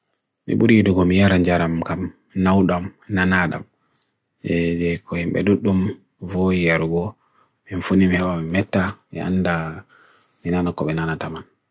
Bird ɓe ngoodi ha laawol ngal ko nganja goonga, saareje ndiyanji fowru ngam tawa e nafoore. ɓe waawna ngoodi ngal ha jaandol.